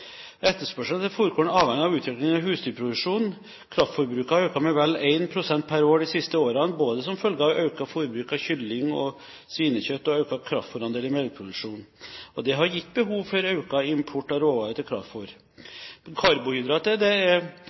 Etterspørselen etter fôrkorn er avhengig av utviklingen av husdyrproduksjonen. Kraftfôrbruket har økt med vel 1 pst. per år de siste årene både som følge av økt forbruk av kylling og svinekjøtt og økt kraftfôrandel i melkeproduksjon, og det har gitt behov for økt import av råvarer til